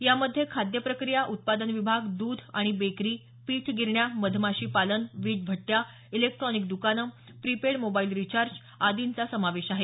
यामध्ये खाद्य प्रक्रिया उत्पादन विभाग द्ध आणि बेकरी पीठ गिरण्या मधमाशीपालन वीटभट्ट्या इलेक्ट्रानिक द्कानं प्रिपेड मोबाईल रिचार्ज आदींचा समावेश आहे